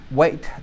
wait